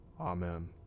Amen